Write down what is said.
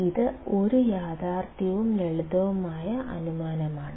ഇത് ഒരു യാഥാർത്ഥ്യവും ലളിതവുമായ അനുമാനമാണ്